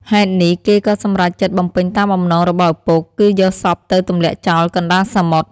ហេតុនេះ គេក៏សម្រេចចិត្តបំពេញតាមបំណងរបស់ឪពុក គឺយកសពទៅទម្លាក់ចោលកណ្តាលសមុទ្រ។